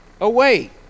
away